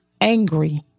angry